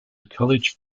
college